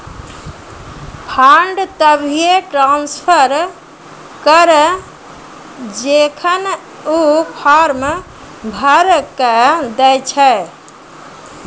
fund तभिये transfer करऽ जेखन ऊ फॉर्म भरऽ के दै छै